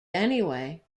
anyway